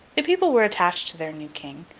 the people were attached to their new king,